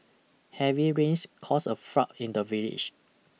heavy rains caused a flood in the village